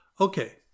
Okay